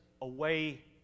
away